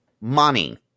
money